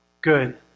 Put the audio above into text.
Good